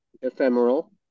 ephemeral